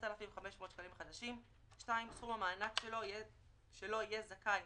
10,500 שקלים חדשים, (2) סכום המענק שלו היה זכאי